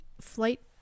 Flight